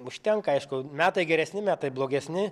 užtenka aišku metai geresni metai blogesni